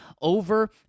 over